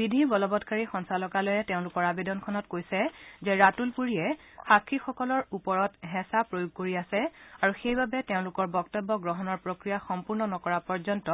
বিধি বলবৎকাৰী সঞ্চালকালয়ে তেওঁলোকৰ আবেদনখনত কৈছে যে ৰাতুল পুৰীয়ে সাক্ষীসকলৰ ওপৰত হেঁচা প্ৰয়োগ কৰি আছে আৰু সেইবাবে সাক্ষীসকলৰ বক্তব্য গ্ৰহণৰ প্ৰক্ৰিয়া সম্পূৰ্ণ নকৰা পৰ্যন্ত